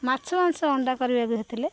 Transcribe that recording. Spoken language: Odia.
ମାଛ ମାଂସ ଅଣ୍ଡା କରିବାକୁ ଥିଲେ